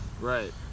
Right